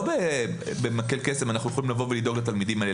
לא במקל קסם אנחנו יכולים לבוא ולדאוג לתלמידים האלה,